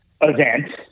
event